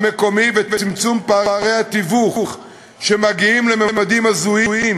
פערי התיווך והיבוא.